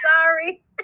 Sorry